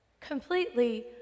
completely